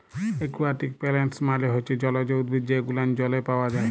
aquatic plants মালে হচ্যে জলজ উদ্ভিদ যে গুলান জলে পাওয়া যায়